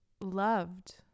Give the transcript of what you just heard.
loved